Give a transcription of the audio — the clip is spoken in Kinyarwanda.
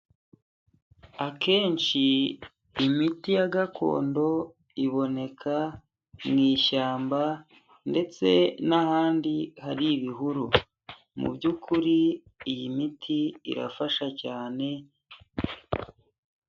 Akenshi imiti ya gakondo iboneka mu ishyamba ndetse n'ahandi hari ibihuru. Mu by'ukuri iyi miti irafasha cyane...